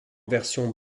version